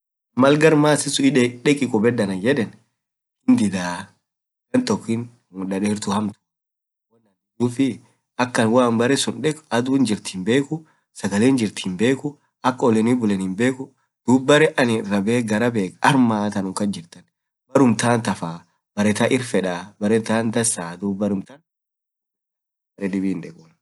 maal achisuun dekii kubeed anaan yedeen, hindidaa gantook akamaa gudioa hoo anin deek akk adun baat himbekuu, sagaleen jirrt himbekuu, duub baree aninn garaa beekh armaa baruum taant hafaa baree taan irrfedaa taant dansaa.